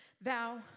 thou